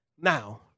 Now